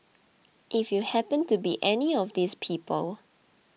if you happened to be any of these people